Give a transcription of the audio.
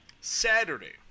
Saturday